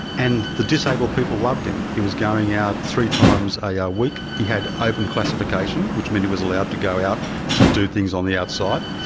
and the disabled people loved him. he was going out three times a ah week. he had open classification, which meant he was allowed to go out to do things on the outside.